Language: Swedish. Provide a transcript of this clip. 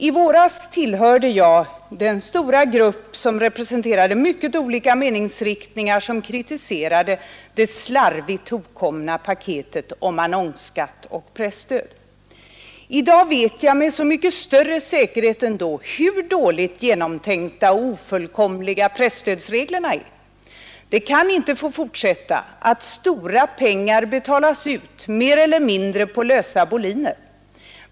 I våras tillhörde jag den stora grupp, representerande mycket olika meningsriktningar, som kritiserade det slarvigt hopkomna paketet om annonsskatt och presstöd. I dag vet jag med så mycket större säkerhet än då hur dåligt genomtänkta och ofullkomliga presstödsreglerna är. Det kan inte få fortsätta att stora pengar betalas ut mer eller mindre på lösa boliner.